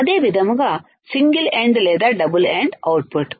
అదే విధంగా single end లేదా డబుల్ ఎండ్ అవుట్పుట్